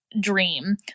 dream